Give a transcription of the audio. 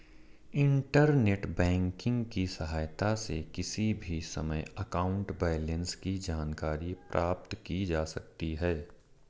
internet banking की सहायता से किसी भी समय अकाउंट बैलेंस की जानकारी प्राप्त की जा सकती है